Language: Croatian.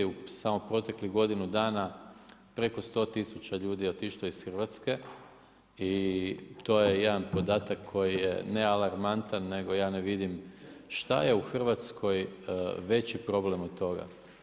U samo proteklih godinu dana preko 100 tisuća ljudi je otišlo iz Hrvatske i to je jedan podatak koji je ne alarmantan nego ja ne vidim šta je u Hrvatskoj veći problem od toga.